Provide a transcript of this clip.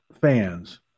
fans